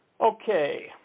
Okay